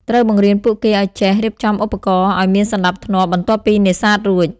ត្រូវបង្រៀនពួកគេឱ្យចេះ រៀបចំឧបករណ៍ ឱ្យមានសណ្តាប់ធ្នាប់បន្ទាប់ពីនេសាទរួច។